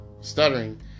stuttering